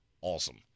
Awesome